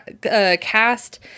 cast